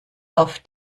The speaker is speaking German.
auf